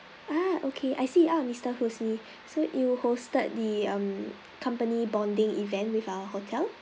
ah okay I see ah mister husni so you hosted the mm company bonding event with our hotel